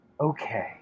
Okay